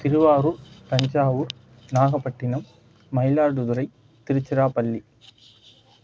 Thiruvarur Thanjavur Nagapattinam Mayiladuthurai Tiruchirappalli